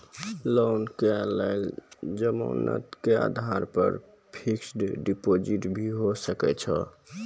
Loan के लेल जमानत के आधार पर फिक्स्ड डिपोजिट भी होय सके छै?